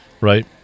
right